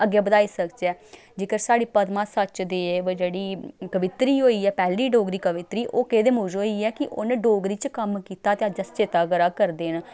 अग्गें बधाई सकचै जेकर साढ़ी पद्म सचदेव जेह्ड़ी कवित्री होई ऐ पैह्ली डोगरी कवित्री ओह् केह्दे मूजव होई ऐ कि उ'नें डोगरी च कम्म कीता ते अज्ज अस चेता करा करदे न